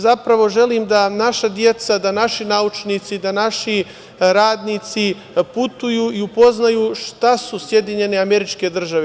Zapravo, želim da naša deca, da naši naučnici, da naši radnici putuju i upoznaju šta su SAD.